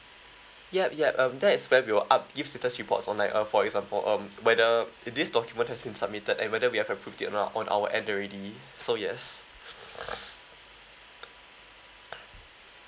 yup yup um that is where we'll up~ give status reports on like uh for example um whether if this document has been submitted and whether we have approved it on our on our end already so yes